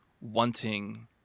wanting